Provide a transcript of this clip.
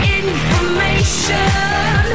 information